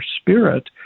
spirit